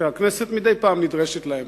שהכנסת מדי פעם נדרשת להם.